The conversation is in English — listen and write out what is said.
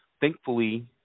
Thankfully